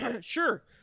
sure